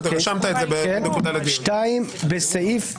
2.בסעיף 7(4)